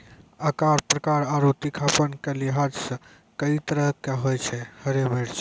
आकार, प्रकार आरो तीखापन के लिहाज सॅ कई तरह के होय छै हरी मिर्च